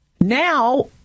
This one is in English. Now